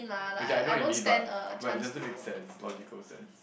okay I know what you mean but but it doesn't make sense logical sense